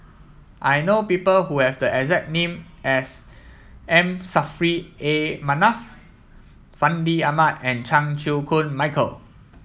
I know people who have the exact name as M Saffri A Manaf Fandi Ahmad and Chan Chew Koon Michael